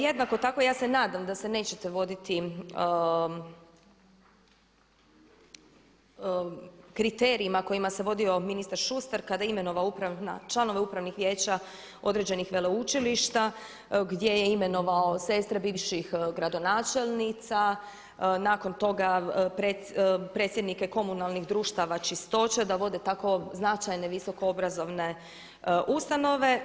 Jednako tako ja se nadam da se nećete voditi kriterijima kojima se vodio ministar Šustar kada je imenovao članove upravnih vijeća određenih veleučilišta gdje je imenovao sestre bivših gradonačelnica, nakon toga predsjednike komunalnih društava čistoće da vode tako značajne visokoobrazovne ustanove.